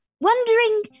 wondering